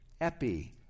epi